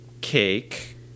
cake